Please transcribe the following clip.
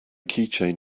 keychain